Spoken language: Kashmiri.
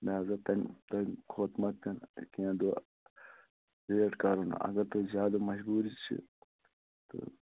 لہذا تَمہِ تَمہِ کھۅتہٕ ما پیٚن کیٚنٛہہ دۄہ ویٚٹ کَرُن اَگر تۄہہِ زِیادٕ مجبوٗری چھِ تہٕ